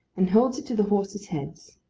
and holds it to the horses' heads.